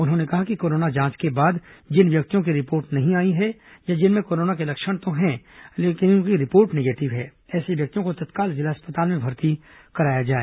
उन्होंने कहा कि कोरोना जांच के बाद जिन व्यक्तियों की रिपोर्ट नहीं आई है या जिनमें कोरोना के लक्षण तो हैं लेकिन उनकी रिपोर्ट नेगेटिव है ऐसे व्यक्तियों को तत्काल जिला अस्पताल में भर्ती कराया जाए